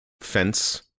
fence